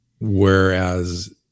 Whereas